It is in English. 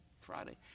Friday